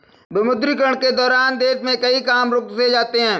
विमुद्रीकरण के दौरान देश में कई काम रुक से जाते हैं